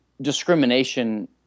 discrimination